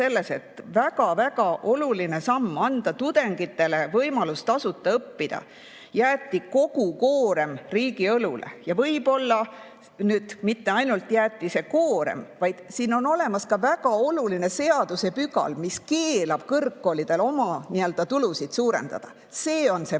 selles, et väga-väga olulise sammu puhul anda tudengitele võimalus tasuta õppida jäeti kogu koorem riigi õlule. Ja võib-olla mitte ainult, et jäeti see koorem, vaid siin on olemas ka väga oluline seadusepügal, mis keelab kõrgkoolidel oma tulusid suurendada. See on see